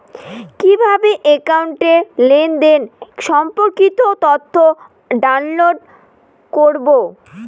কিভাবে একাউন্টের লেনদেন সম্পর্কিত তথ্য ডাউনলোড করবো?